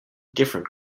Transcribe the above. different